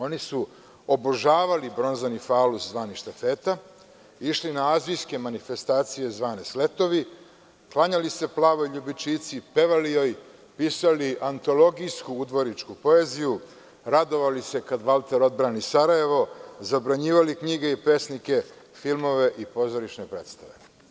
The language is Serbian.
Oni su obožavali bronzani faust, zvani „štafeta“, išli na azijske manifestacije zvane „sletovi“, klanjali se „plavoj ljubičici“, pevali joj, pisali antologijsku udvoričku poeziju, radovali se kada Valter odbrani Sarajevo, zabranjivali knjige i pesnike, filmove i pozorišne predstave.